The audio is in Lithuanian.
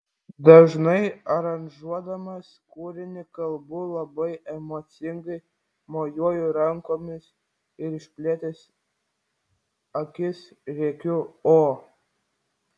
dažnai aranžuodamas kūrinį kalbu labai emocingai mojuoju rankomis ir išplėtęs akis rėkiu o